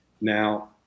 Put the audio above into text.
Now